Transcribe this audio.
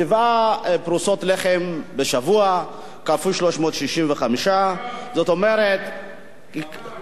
שבע פרוסות לחם בשבוע כפול 365. כיכר.